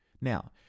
Now